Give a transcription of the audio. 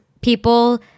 people